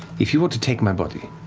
if you were to take my body,